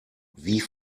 wie